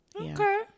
Okay